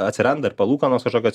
atsiranda ir palūkanos kažkokios